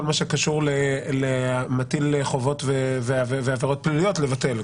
כל מה שמטיל חובות ועבירות פליליות לבטל.